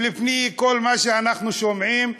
ולפי כל מה שאנחנו שומעים,